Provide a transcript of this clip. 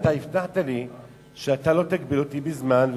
הבטחת לי שלא תגביל אותי בזמן,